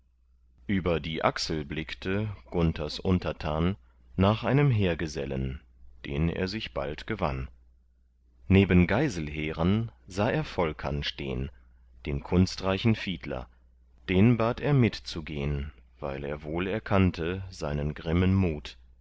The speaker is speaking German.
über die achsel blickte gunthers untertan nach einem heergesellen den er sich bald gewann neben geiselheren sah er volkern stehn den kunstreichen fiedler den bat er mitzugehn weil er wohl erkannte seinen grimmen mut